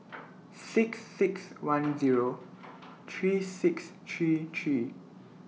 six six one Zero three six three three